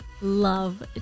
Love